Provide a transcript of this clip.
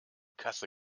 kasse